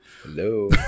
Hello